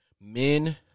Men